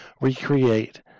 recreate